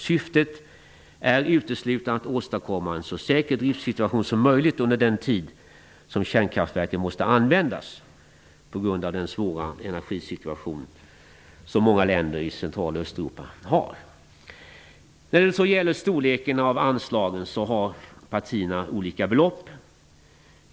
Syftet är uteslutande att åstadkomma en så säker driftssituation som möjligt under den tid som kärnkraftverken måste användas p.g.a. den svåra energisituationen i många länder i Central och Östeuropa. När det gäller storleken av anslagen har partierna olika uppfattning.